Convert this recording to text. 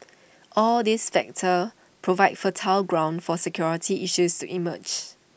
all these factors provide fertile ground for security issues to emerge